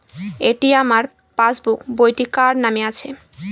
এটি আমার পাসবুক বইটি কার নামে আছে?